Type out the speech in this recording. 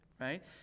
right